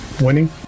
winning